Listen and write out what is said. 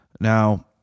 Now